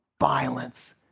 violence